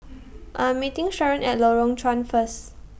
I'm meeting Sharon At Lorong Chuan First